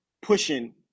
Pushing